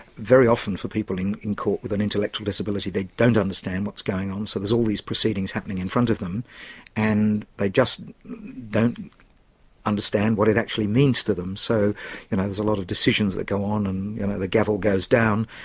very often for people in in court with an intellectual disability, they don't understand what's going on, so there's all these proceedings happening in front of them and they just don't understand what it actually means to them. so there's a lot of decisions that go on and the gavel goes down,